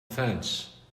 fence